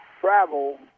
travel